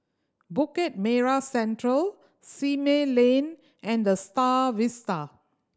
Bukit Merah Central Simei Lane and The Star Vista